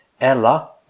Ella